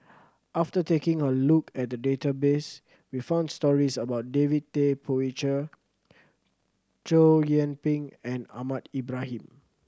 after taking a look at the database we found stories about David Tay Poey Cher Chow Yian Ping and Ahmad Ibrahim